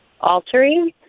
altering